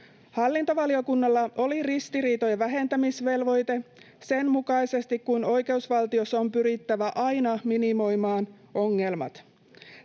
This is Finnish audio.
Hallintovaliokunnalla oli ristiriitojen vähentämisvelvoite sen mukaisesti, että oikeusvaltiossa on pyrittävä aina minimoimaan ongelmat.